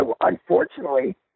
unfortunately